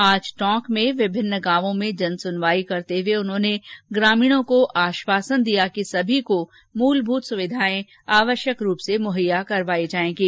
आज टोंक में विभिन्न गांवों में जन सुनवाई करते हुए उन्होंने ग्रामीणों को आश्वासन दिया कि सभी को मूलभूत सुविधाएं आवश्यक रूप से मुहैया करवायी जाएंगी